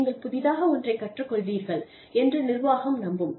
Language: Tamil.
நீங்கள் புதிதாக ஒன்றைக் கற்றுக் கொள்வீர்கள் என்று நிர்வாகம் நம்பும்